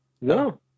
No